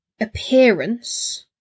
appearance